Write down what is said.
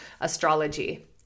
astrology